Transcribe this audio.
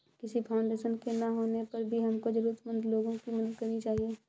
किसी फाउंडेशन के ना होने पर भी हमको जरूरतमंद लोगो की मदद करनी चाहिए